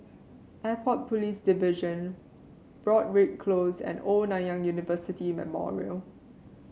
Airport Police Division Broadrick Close and Old Nanyang University Memorial